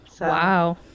Wow